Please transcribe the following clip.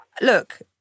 Look